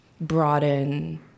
broaden